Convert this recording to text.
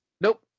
Nope